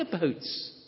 boats